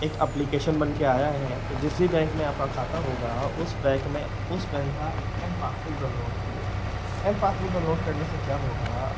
एक एप्लीकेशन बनकर आया है तो जिस भी बैंक में आपका खाता होगा उस बैंक में उस बैंक का एम पासबुक डाउनलोड करिए एम पासबुक डाउनलोड करने से क्या होगा